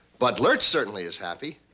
but lurch certainly is happy.